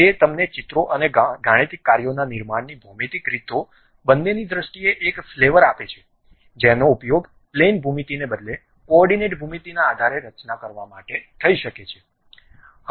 તે તમને ચિત્રો અને ગાણિતિક કાર્યોના નિર્માણની ભૌમિતિક રીતો બંનેની દ્રષ્ટિએ એક ફ્લેવર આપે છે જેનો ઉપયોગ પ્લેન ભૂમિતિને બદલે કોઓર્ડિનેટેડ ભૂમિતિના આધારે રચના કરવા માટે થઈ શકે છે